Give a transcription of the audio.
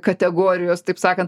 kategorijas taip sakant